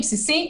הבסיסי,